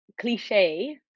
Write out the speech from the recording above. cliche